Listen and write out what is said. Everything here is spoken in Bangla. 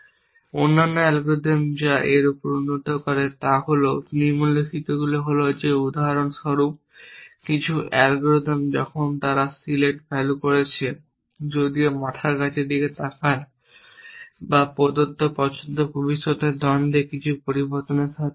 অন্যান্য অ্যালগরিদম যা এর উপর উন্নতি করে তা হল নিম্নলিখিতগুলি হল যে উদাহরণ স্বরূপ কিছু অ্যালগরিদম যখন তারা সিলেক্ট ভ্যালু করছে যদিও মাথার দিকে তাকান বা প্রদত্ত পছন্দ ভবিষ্যতের দ্বন্দ্বে কিছু পরিবর্তনশীলের সাথে অপরিহার্যভাবে পরিবর্তিত হবে কিনা